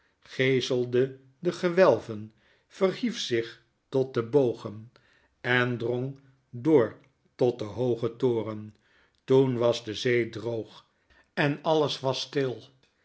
geeselde de gewelven verhief zich tot de bogen en drong door tot den hoogen toren toen was de zee droog en alles was stil